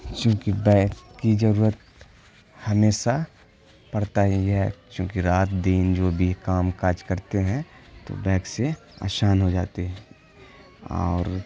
چونکہ بیک کی ضرورت ہمیشہ پڑتا ہی ہے چونکہ رات دن جو بھی کام کاج کرتے ہیں تو بیک سے آسان ہو جاتے ہیں اور